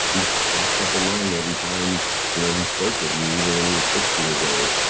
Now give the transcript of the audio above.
he coughed up a lung every time you know he spoke with me, even when he was sixty years old.